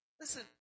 Listen